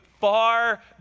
far